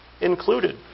included